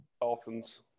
Dolphins